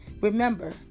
remember